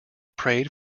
prayed